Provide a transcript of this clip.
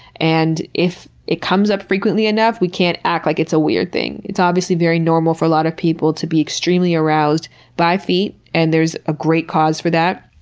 and if it comes up frequently enough, we can't act like it's a weird thing. it's obviously very normal for a lot of people to be extremely aroused by feet and there's a great cause for that.